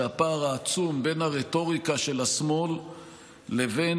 זה הפער העצום בין הרטוריקה של השמאל לבין,